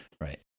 Right